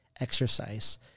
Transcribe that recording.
exercise